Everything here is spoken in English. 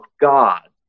God